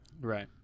Right